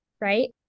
Right